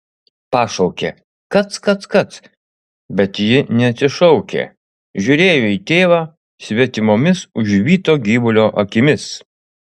pašaukė kac kac kac bet ji neatsišaukė žiūrėjo į tėvą svetimomis užvyto gyvulio akimis